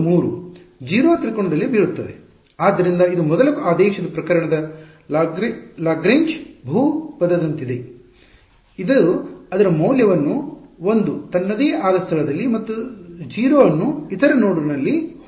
ನೋಡ್ 2 ಮತ್ತು 3 0 ತ್ರಿಕೋನದಲ್ಲಿ ಬೀಳುತ್ತದೆ ಆದ್ದರಿಂದ ಇದು ಮೊದಲ ಆದೇಶದ ಪ್ರಕರಣದ ಲಾಗ್ರೇಂಜ್ ಬಹುಪದದಂತಿದೆ ಇದು ಅದರ ಮೌಲ್ಯವನ್ನು 1 ತನ್ನದೇ ಆದ ಸ್ಥಳದಲ್ಲಿ ಮತ್ತು 0 ಅನ್ನು ಇತರ ನೋಡ್ನಲ್ಲಿ ಹೊಂದಿರುತ್ತದೆ